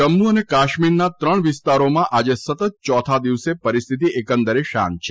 જમ્મુ અને કાશ્મીરના ત્રણ વિસ્તારોમાં આજે સતત ચોથા દિવસે પરિસ્થિતિ એકંદરે શાંત છે